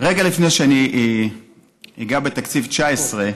רגע לפני שאני אגע בתקציב 2019,